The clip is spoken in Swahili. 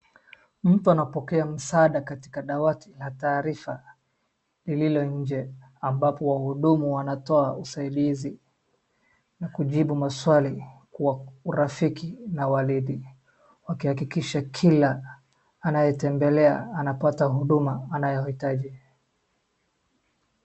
Mtu anapokea msaada katika dawati la taarifa lililonje ambapo wahudumu wanatoa usaidizi na kujibu maswali kwa urafiki na weledi, wakiakikisha kuwa kila anayetembelea anapata huduma anayohitaji.